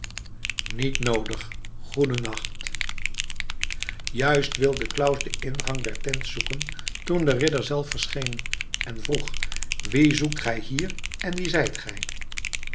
niet noodig goeden nacht juist wilde claus den ingang der tent zoeken toen de ridder zelf verscheen en vroeg wien zoekt gij hier en wie zijt gij